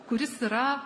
kuris yra